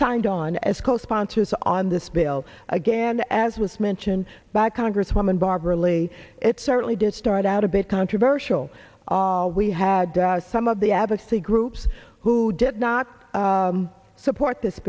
signed on as co sponsors on this bill again as was mentioned by congresswoman barbara lee it certainly did start out a bit controversial all we had some of the advocacy groups who did not support this